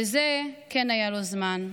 לזה כן היה לו זמן.